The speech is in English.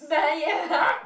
by ya